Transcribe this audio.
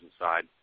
inside